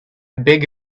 beg